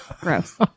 Gross